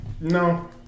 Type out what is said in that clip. No